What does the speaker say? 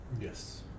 Yes